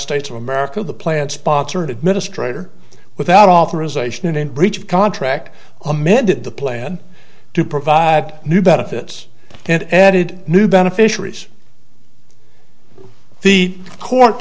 states of america the plan sponsored administrator without authorization in breach of contract amended the plan to provide new benefits and added new beneficiaries the court